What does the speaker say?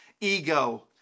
ego